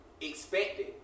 expected